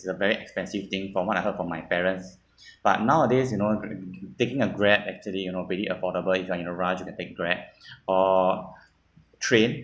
is a very expensive thing from what I heard from my parents but nowadays you know taking a Grab actually you know pretty affordable if you're in a rush you can take grab or train